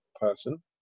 person